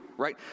right